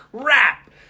crap